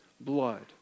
blood